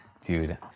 dude